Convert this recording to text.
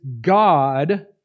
God